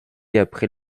après